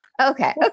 Okay